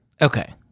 okay